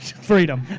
Freedom